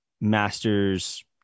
masters